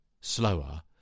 slower